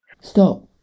Stop